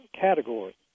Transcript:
category